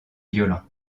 violent